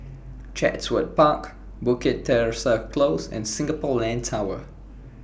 Chatsworth Park Bukit Teresa Close and Singapore Land Tower